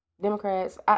Democrats